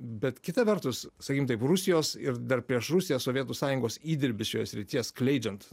bet kita vertus sakykim taip rusijos ir dar prieš rusiją sovietų sąjungos įdirbis šioje srityje skleidžiant